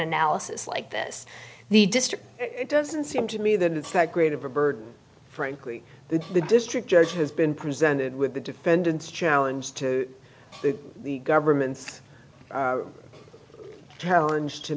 analysis like this the district it doesn't seem to me that it's that great of a burden frankly the district judge has been presented with the defendant's challenge to the government's challenge to